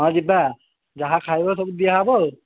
ହଁ ଯିବା ଯାହା ଖାଇବା ସବୁ ଦିଆହେବ ଆଉ